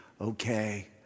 okay